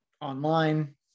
online